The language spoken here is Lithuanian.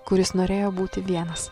kuris norėjo būti vienas